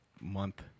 month